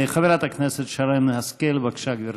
חברת הכנסת שרן השכל, בבקשה, גברתי.